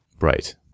Right